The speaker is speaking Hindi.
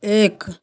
एक